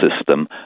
system